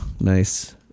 Nice